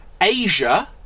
Asia